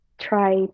try